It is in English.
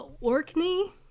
Orkney